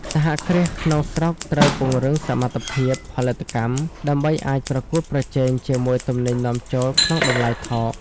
សហគ្រាសក្នុងស្រុកត្រូវពង្រឹងសមត្ថភាពផលិតកម្ម ដើម្បីអាចប្រកួតប្រជែងជាមួយទំនិញនាំចូលក្នុងតម្លៃថោក។